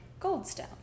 goldstone